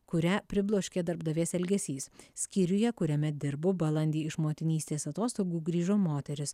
kurią pribloškė darbdavės elgesys skyriuje kuriame dirbu balandį iš motinystės atostogų grįžo moteris